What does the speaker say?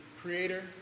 creator